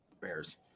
Bears